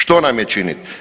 Što nam je činit?